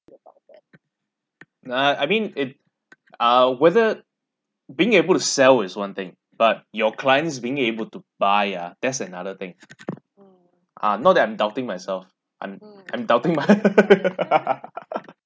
ah I mean it ah whether being able to sell is one thing but your clients being able to buy ah that's another thing ah not that I'm doubting myself I'm I'm doubting my